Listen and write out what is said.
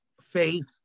faith